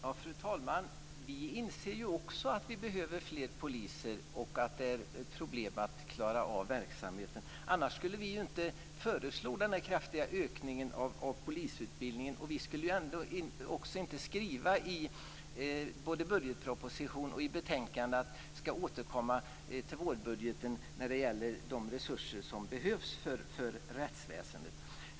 Fru talman! Vi inser också att det behövs fler poliser och att det finns problem med att klara av verksamheten. Annars skulle vi inte föreslå den här kraftiga ökningen av polisutbildningen. Vi skulle inte heller skriva i både budgetpropositionen och betänkandet att vi ska återkomma i vårbudgeten när det gäller de resurser som behövs för rättsväsendet.